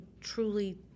truly